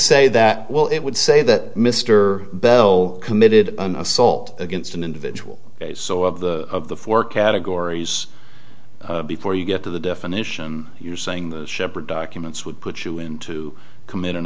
say that well it would say that mr bell committed an assault against an individual so of the four categories before you get to the definition you're saying the shepherd documents would put you in to commit